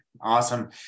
awesome